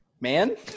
man